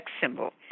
symbol